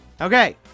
Okay